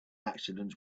accidents